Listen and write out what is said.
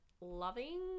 loving